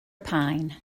pine